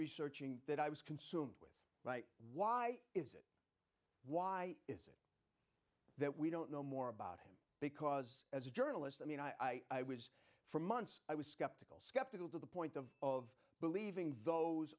researching that i was consumed with why is it why isn't that we don't know more about him because as a journalist i mean i was for months i was skeptical skeptical to the point of of believing those